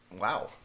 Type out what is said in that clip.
wow